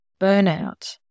burnout